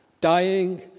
Dying